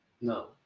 No